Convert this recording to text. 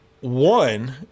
One